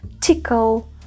tickle